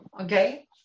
okay